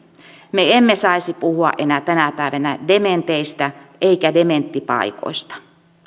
me emme saisi puhua enää tänä päivänä dementeistä emmekä dementtipaikoista